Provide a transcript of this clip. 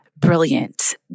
brilliant